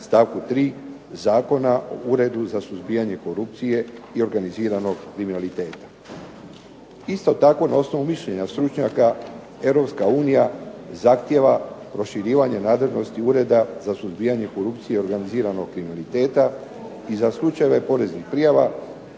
stavku 3. Zakona o Uredu za suzbijanje korupcije i organiziranog kriminaliteta. Isto tako na osnovu mišljenja stručnjaka Europska unija zahtjeva proširivanje nadležnosti Ureda za suzbijanje korupcije i organiziranog kriminaliteta i za slučajeve poreznih prijava